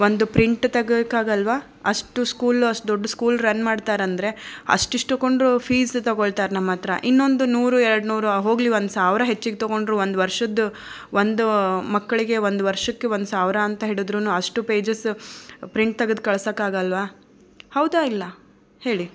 ಒಂದು ಪ್ರಿಂಟ್ ತೆಗಿಯೋಕ್ಕಾಗಲ್ವಾ ಅಷ್ಟು ಸ್ಕೂಲ್ ಅಷ್ಟು ದೊಡ್ಡ ಸ್ಕೂಲ್ ರನ್ ಮಾಡ್ತಾರಂದರೆ ಅಷ್ಟಿಷ್ಟು ಕೊಂಡರೂ ಫೀಸ್ ತಗೊಳ್ತಾರೆ ನಮ್ಮಹತ್ರ ಇನ್ನೊಂದು ನೂರು ಎರಡುನೂರು ಹೋಗಲಿ ಒಂದು ಸಾವಿರ ಹೆಚ್ಚಿಗೆ ತೊಗೊಂಡರೂ ಒಂದು ವರ್ಷದ ಒಂದು ಮಕ್ಕಳಿಗೆ ಒಂದು ವರ್ಷಕ್ಕೆ ಒಂದು ಸಾವಿರ ಅಂತ ಹಿಡಿದರೂನೂ ಅಷ್ಟು ಪೇಜಸ್ ಪ್ರಿಂಟ್ ತೆಗ್ದು ಕಳ್ಸೋಕ್ಕಾಗಲ್ವಾ ಹೌದಾ ಇಲ್ಲ ಹೇಳಿ